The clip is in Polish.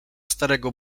starego